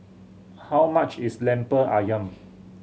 how much is Lemper Ayam